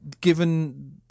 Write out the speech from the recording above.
given